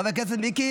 חבר הכנסת מיקי,